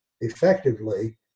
effectively